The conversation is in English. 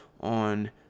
on